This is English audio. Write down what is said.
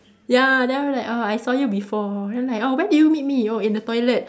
ya then after like oh I saw you before then like oh where did you meet me oh in the toilet